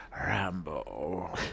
Rambo